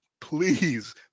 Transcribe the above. Please